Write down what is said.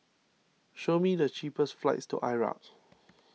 show me the cheapest flights to Iraq